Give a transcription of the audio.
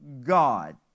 God